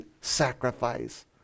sacrifice